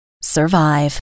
survive